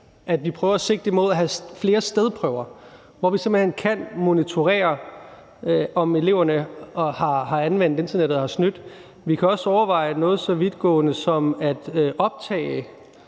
at vi prøver at sigte mod at have flere stedprøver, hvor vi simpelt hen kan monitorere, om eleverne har anvendt internettet og har snydt. Vi kan også overveje noget så vidtgående som at optage